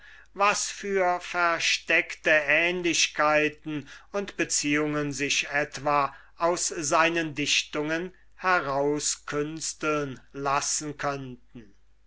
was vor versteckte ähnlichkeiten und beziehungen sich etwa aus seinen dichtungen herausholen lassen könnten